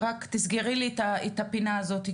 תסגרי לי את הפינה הזאת.